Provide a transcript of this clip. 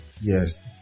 Yes